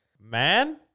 Man